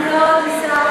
נהיית נואם